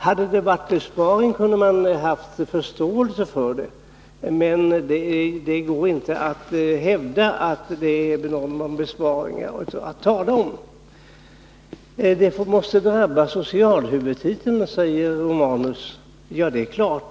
Hade det varit en besparing kunde man ha förståelse för förslaget, men det går inte att hävda att det här är någon besparing att tala om. Sparandet måste drabba även socialhuvudtiteln, säger Gabriel Romanus.